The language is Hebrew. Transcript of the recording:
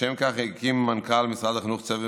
לשם כך הקים מנכ"ל משרד החינוך צוות